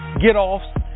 get-offs